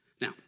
Now